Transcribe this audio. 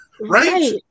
right